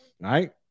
right